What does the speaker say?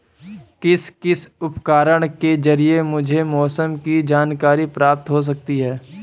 किस किस उपकरण के ज़रिए मुझे मौसम की जानकारी प्राप्त हो सकती है?